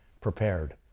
prepared